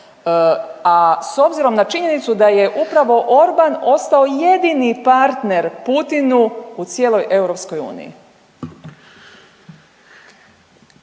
a s obzirom na činjenicu da je upravo Orban ostao jedini partner Putinu u cijeloj